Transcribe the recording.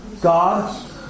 God